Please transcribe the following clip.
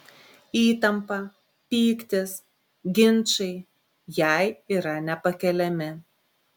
įtampa pyktis ginčai jai yra nepakeliami